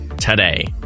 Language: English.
today